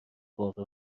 باغ